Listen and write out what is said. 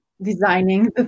designing